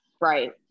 right